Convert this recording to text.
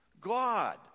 God